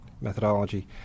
methodology